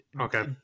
Okay